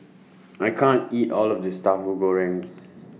I can't eat All of This Tahu Goreng